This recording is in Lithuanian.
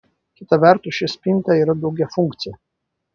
kita vertus ši spinta yra daugiafunkcė